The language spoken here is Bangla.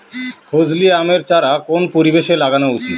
ফজলি আমের চারা কোন পরিবেশে লাগানো উচিৎ?